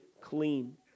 clean